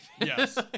Yes